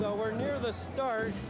so we're near the star